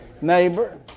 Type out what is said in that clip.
neighbor